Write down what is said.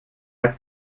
hat